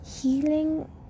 healing